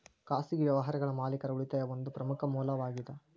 ಖಾಸಗಿ ವ್ಯವಹಾರಗಳ ಮಾಲೇಕರ ಉಳಿತಾಯಾ ಒಂದ ಪ್ರಮುಖ ಮೂಲವಾಗೇದ